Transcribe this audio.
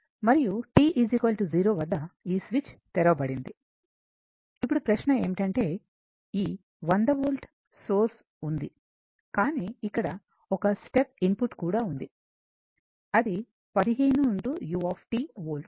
మరియు t 0 వద్ద ఈ స్విచ్ తెరవబడింది ఇప్పుడు ప్రశ్న ఏమిటంటే ఈ 100 వోల్ట్ సోర్స్ ఉంది కానీ ఇక్కడ ఒక స్టెప్ ఇన్పుట్ కూడా ఉంది అది 15 u వోల్ట్